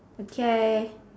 okay